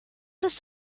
ist